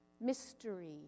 mystery